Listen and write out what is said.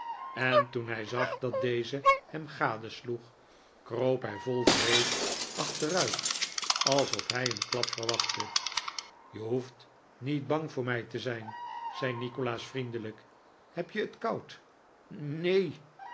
en toen hij zag dat deze hem gadesloeg kroop hij vol vrees achter uit alsof hij een klap verwachtte je hoeft niet bang voor mij te zijn zei nikolaas vriendelijk heb je t koud n neen